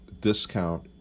Discount